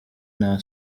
nta